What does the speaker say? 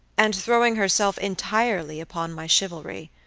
and throwing herself entirely upon my chivalry.